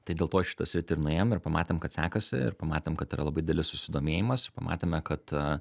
tai dėl to į šitą sritį ir nuėjom ir pamatėm kad sekasi ir pamatėm kad yra labai didelis susidomėjimas pamatėme kad